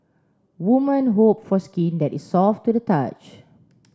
woman hope for skin that is soft to the touch